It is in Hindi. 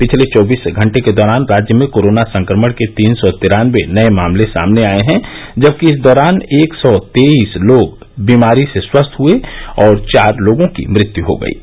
पिछले चौबीस घंटे के दौरान राज्य में कोरोना संक्रमण के तीन सौ तिरान्नबे नए मामले सामने आए हैं जबकि इस दौरान एक सौ तेईस लोग बीमारी से स्वस्थ हए हैं और चार लोगों की मृत्य हई है